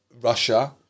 Russia